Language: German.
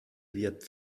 wird